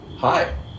Hi